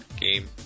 game